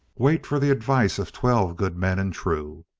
wait for the advice of twelve good men and true.